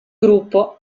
gruppo